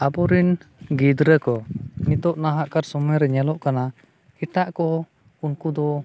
ᱟᱵᱚᱨᱮᱱ ᱜᱤᱫᱽᱨᱟᱹᱠᱚ ᱱᱤᱛᱚᱜ ᱱᱟᱦᱟᱜ ᱠᱟᱨ ᱥᱚᱢᱚᱭ ᱨᱮ ᱧᱮᱞᱚᱜ ᱠᱟᱱᱟ ᱮᱴᱟᱜ ᱠᱚ ᱩᱱᱠᱩ ᱫᱚ